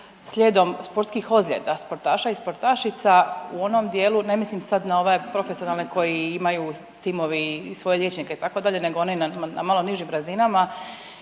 slijedom sportskih ozljeda sportaša i sportašica u onom dijelu, ne mislim sad na ove profesionalne koji imaju timovi svoje liječnike itd. nego na one malo nižim razinama